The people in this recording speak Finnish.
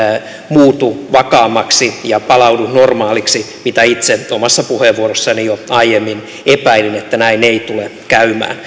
muutu vakaammaksi ja palaudu normaaliksi mitä itse omassa puheenvuorossani jo aiemmin epäilin että näin ei tule käymään